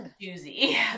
juicy